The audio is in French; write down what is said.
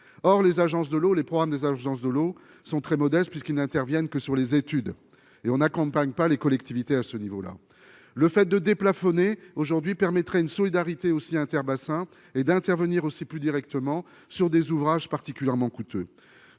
or les agences de l'eau, les programmes des agences de l'eau sont très modeste, puisqu'ils n'interviennent que sur les études et on n'accompagne pas les collectivités à ce niveau-là, le fait de déplafonner aujourd'hui permettraient une solidarité aussi interbassins et d'intervenir aussi plus directement sur des ouvrages particulièrement coûteux,